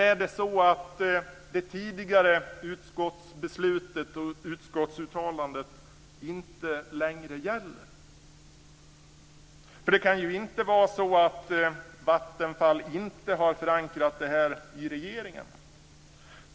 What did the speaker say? Är det så att det tidigare utskottsbeslutet och utskottsuttalandet inte längre gäller? Det kan ju inte vara så att Vattenfall inte har förankrat detta i regeringen.